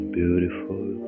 beautiful